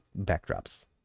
backdrops